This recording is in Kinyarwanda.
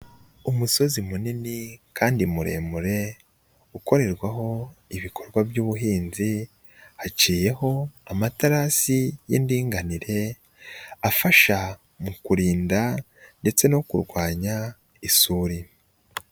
Umusozi munini kandi muremure ukorerwaho ibikorwa by'ubuhinzi, haciyeho amaterasi y'indinganire, afasha mu kurinda ndetse no kurwanya isuri.